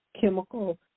chemical